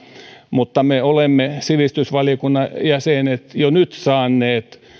mutta me sivistysvaliokunnan jäsenet olemme jo nyt saaneet